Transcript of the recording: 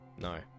No